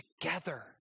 together